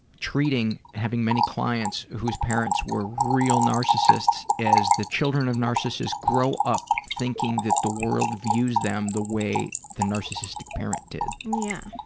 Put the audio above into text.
treating having many clients whose parents were real narcissists is the children of narcissists grow up thinking that the world views them the way the narcissistic parent did. yeah.